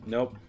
Nope